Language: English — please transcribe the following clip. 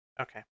okay